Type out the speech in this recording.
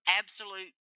absolute